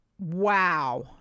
Wow